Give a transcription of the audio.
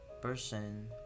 person